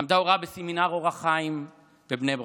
ולמדה הוראה בסמינר אור החיים בבני ברק.